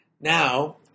Now